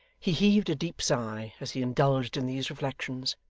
he heaved a deep sigh as he indulged in these reflections,